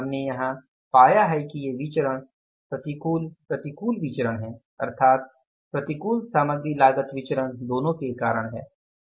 इसलिए हमने यहां पाया है कि ये विचरण प्रतिकूल प्रतिकूल विचरण हैं अर्थात प्रतिकूल सामग्री लागत विचरण दोनों के कारण है